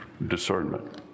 Discernment